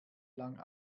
lang